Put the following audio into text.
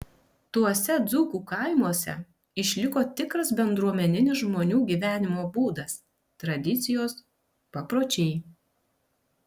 tuose dzūkų kaimuose išliko tikras bendruomeninis žmonių gyvenimo būdas tradicijos papročiai